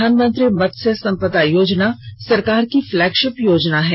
प्रधानमंत्री मत्स्य संपदा योजना सरकार की फ्लैगशिप योजना है